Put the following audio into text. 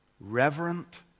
Reverent